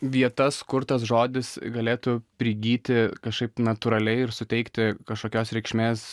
vietas kur tas žodis galėtų prigyti kažkaip natūraliai ir suteikti kažkokios reikšmės